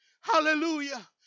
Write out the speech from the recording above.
Hallelujah